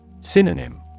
Synonym